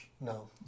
No